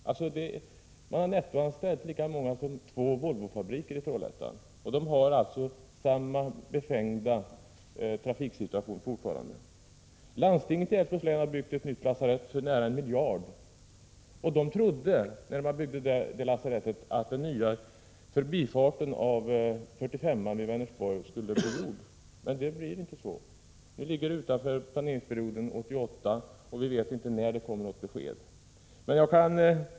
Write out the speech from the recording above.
Saab har alltså netto anställt vad som motsvarar två Volvofabriker i Trollhättan. Men trafiksituationen i det området är fortfarande lika befängd som förut. Landstinget i Älvsborgs län har byggt ett nytt lasarett till en kostnad av nära 1 miljard. När lasarettet byggdes trodde man att den nya förbifarten då det gäller riksväg 45 vid Vänersborg skulle bli av. Men så blir det inte. Det arbetet ligger utanför planeringen fram till 1988. Vi vet inte heller när det kommer något besked i det avseendet.